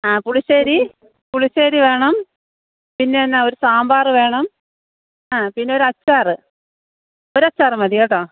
ആ പുളിശ്ശേരി പുളിശ്ശേരി വേണം പിന്നെ എന്നാ ഒരു സാമ്പാറ് വേണം ആ പിന്നെ ഒരു അച്ചാറ് ഒരു അച്ചാറ് മതി കേട്ടോ